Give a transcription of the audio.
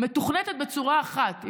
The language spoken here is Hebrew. מתוכנתת בצורה אחת,